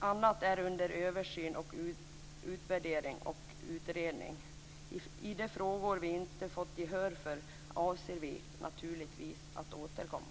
Annat är under översyn, utvärdering och utredning. I de frågor som vi inte har fått gehör för avser vi naturligtvis att återkomma.